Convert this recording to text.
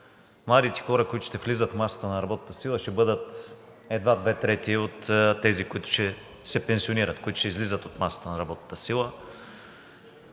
Младите хора, които ще влизат в масата на работната сила, ще бъдат едва две трети от тези, които ще се пенсионират, които ще излизат от масата на работната сила.